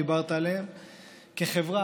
דיברת עליהם כחברה,